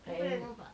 kenapa dah nampak